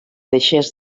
deixés